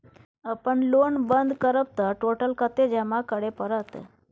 अपन लोन बंद करब त टोटल कत्ते जमा करे परत?